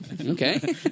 Okay